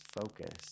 focus